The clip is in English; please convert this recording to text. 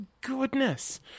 goodness